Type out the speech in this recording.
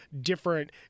different